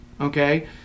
Okay